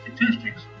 statistics